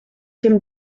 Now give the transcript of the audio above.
dem